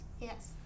Yes